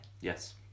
yes